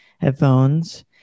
headphones